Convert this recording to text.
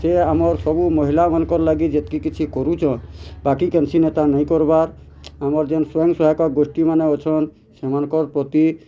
ସେ ଆମର୍ ସବୁ ମହିଲା ମାନଙ୍କର୍ ଲାଗି ଯେତିକ କିଛି କରୁଛନ୍ ବାକି କେନସି ନେତା ନାଇଁ କରବାର୍ ଆମର୍ ଯେନ୍ ସ୍ୱୟଂ ସହାୟକ୍ ଗୋଷ୍ଠି ମାନେ ଅଛନ୍ ସେମାନଙ୍କର୍ ପତି